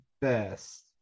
best